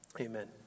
amen